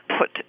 put